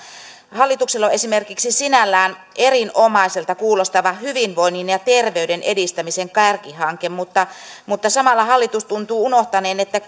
hallituksella on esimerkiksi sinällään erinomaiselta kuulostava hyvinvoinnin ja terveyden edistämisen kärkihanke mutta mutta samalla hallitus tuntuu unohtaneen että